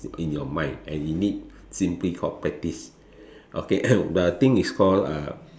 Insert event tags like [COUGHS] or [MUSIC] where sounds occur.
in your mind and you need simply for practice okay [COUGHS] the thing is called uh